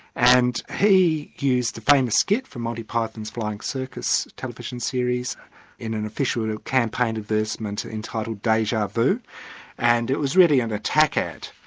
and he used the famous skit from monty python's flying circus television series in an official campaign advertisement entitled deja vu and it was really an attack at,